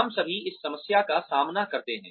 हम सभी इस समस्या का सामना करते हैं